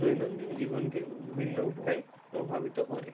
দৈনন্দিন জীবনকে বিভিন্ন উপায়ে প্রভাবিত করে